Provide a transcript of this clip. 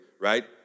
right